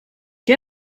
què